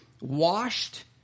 washed